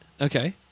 Okay